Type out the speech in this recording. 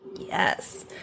Yes